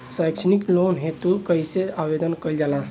सैक्षणिक लोन हेतु कइसे आवेदन कइल जाला?